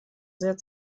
sehr